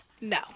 No